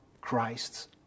Christ's